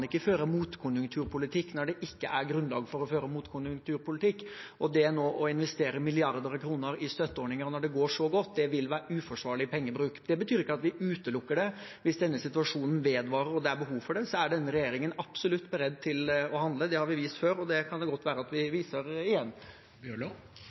ikke føre motkonjunkturpolitikk når det ikke er grunnlag for å føre motkonjunkturpolitikk. Det å nå investere milliarder av kroner i støtteordninger når det går så godt, vil være uforsvarlig pengebruk. Det betyr ikke at vi utelukker det. Hvis denne situasjonen vedvarer og det er behov for det, er denne regjeringen absolutt beredt til å handle. Det har vi vist før, og det kan det godt være at vi